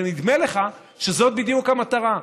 ונדמה לך שזאת בדיוק המטרה.